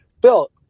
Bill